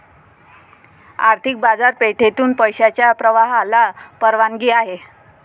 आर्थिक बाजारपेठेतून पैशाच्या प्रवाहाला परवानगी आहे